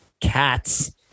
cats